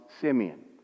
Simeon